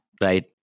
right